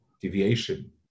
deviation